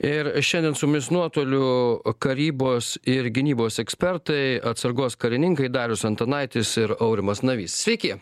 ir šiandien su mumis nuotoliu karybos ir gynybos ekspertai atsargos karininkai darius antanaitis ir aurimas navys sveiki